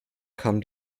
kam